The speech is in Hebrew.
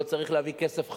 לא צריך להביא כסף חדש.